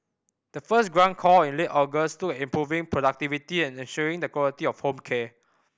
the first grant call in late August looked at improving productivity and ensuring the quality of home care